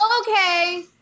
Okay